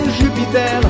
Jupiter